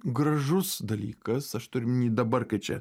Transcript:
gražus dalykas aš turiu omeny dabar kai čia